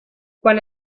quan